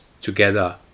together